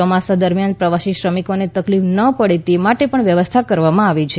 ચોમાસા દરમિયાન પ્રવાસી શ્રમિકોને તકલીફ ન પડે તે માટે પણ વ્યવસ્થા કરવામાં આવી છે